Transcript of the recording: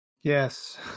yes